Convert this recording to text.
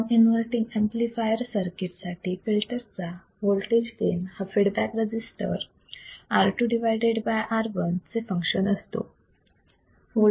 non inverting amplifier circuit साठी फिल्टरचा voltage gain हा फीडबॅक रजिस्टर R2 R1 चे फंक्शन असतो